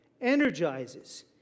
energizes